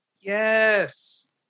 Yes